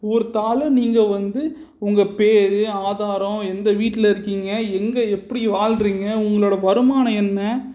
ஒரு தாள் நீங்கள் வந்து உங்கள் பேர் ஆதாரம் எந்த வீட்டில் இருக்கிங்க எங்கே எப்படி வாழறீங்க உங்களோடய வருமானம் என்ன